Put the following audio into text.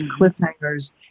cliffhangers